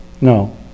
No